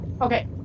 Okay